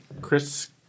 Chris